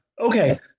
Okay